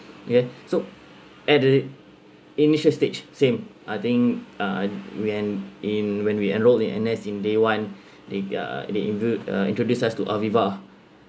ya so at the initial stage same I think uh I when in when we enrolled in N_S in day one they uh they intro~ uh introduced us to aviva